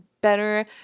better